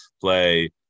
play